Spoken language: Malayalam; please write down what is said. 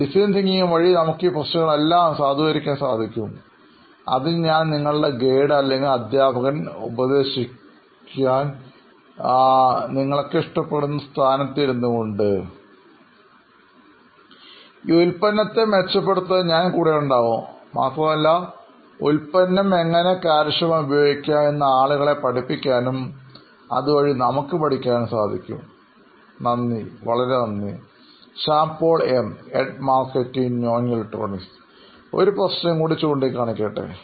ഡിസൈൻ തിങ്കിംഗ് വഴി നമുക്ക് ഈ പ്രശ്നങ്ങളെല്ലാം സാധൂകരിക്കാൻ സാധിക്കും അതിന് ഞാൻ നിങ്ങളുടെ ഗൈഡ് അല്ലെങ്കിൽ അധ്യാപകൻ ഉപദേശിക്കാൻ നിങ്ങൾക്ക് ഇഷ്ടപ്പെടുന്ന സ്ഥാനത്ത് ഇരുന്നുകൊണ്ട് ഈ ഉത്പന്നത്തെ മെച്ചപ്പെടുത്തുവാൻ ഞാൻ കൂടെയുണ്ടാകും മാത്രമല്ല ഉൽപ്പന്നം എങ്ങനെ കാര്യക്ഷമമായി ഉപയോഗിക്കാം എന്ന് ആളുകളെ പഠിപ്പിക്കാനും അതുവഴി നമുക്ക് പഠിക്കാനും സാധിക്കും നന്ദി വളരെ നന്ദി Shyam Paul M head marketing നോയിൻ ഇലക്ട്രോണിക്സ് ഒരു പ്രശ്നം കൂടി ചൂണ്ടി കാണിക്കട്ടെ